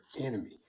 enemy